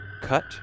cut